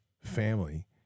family